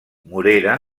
morera